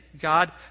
God